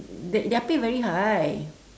their their pay very high